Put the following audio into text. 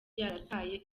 yarataye